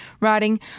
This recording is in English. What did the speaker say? writing